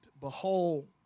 Behold